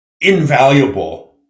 invaluable